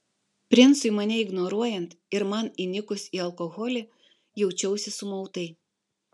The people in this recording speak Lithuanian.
princui mane ignoruojant ir man įnikus į alkoholį jaučiausi sumautai